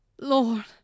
Lord